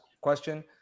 question